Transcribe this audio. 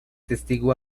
testigo